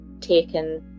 taken